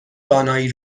دانایی